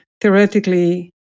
theoretically